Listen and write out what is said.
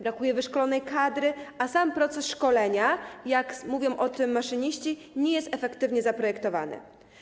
Brakuje wyszkolonej kadry, a sam proces szkolenia, jak mówią o tym maszyniści, nie jest efektywnie zaprojektowany.